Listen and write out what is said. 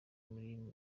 muri